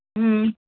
ம்